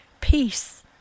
Peace